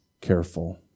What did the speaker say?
careful